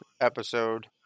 episode